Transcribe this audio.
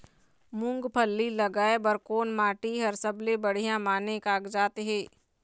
मूंगफली लगाय बर कोन माटी हर सबले बढ़िया माने कागजात हे?